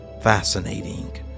fascinating